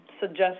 suggest